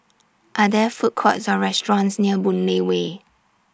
Are There Food Courts Or restaurants near Boon Lay Way